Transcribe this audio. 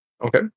Okay